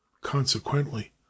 consequently